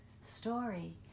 story